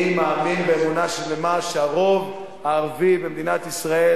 אני מאמין באמונה שלמה שהרוב הערבי במדינת ישראל